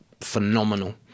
phenomenal